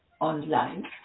online